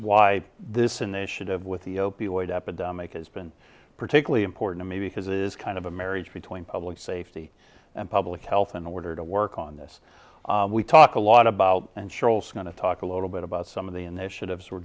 why this initiative with the opioid epidemic has been particularly important to me because it is kind of a marriage between public safety and public health in order to work on this we talk a lot about and charles going to talk a little bit about some of the initiatives we're